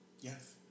Yes